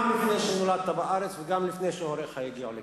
גם לפני שנולדת בארץ וגם לפני שהוריך הגיעו לכאן.